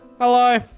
Hello